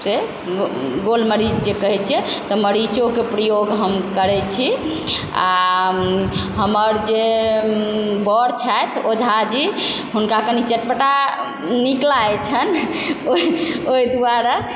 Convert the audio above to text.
से गोलमरीच जे कहै छियै तऽ मरीचोके प्रयोग हम करै छी आओर हमर जे बर छथि ओझाजी हुनका कनि चटपटा नीक लागै छनि ओहि दुआरे